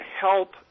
help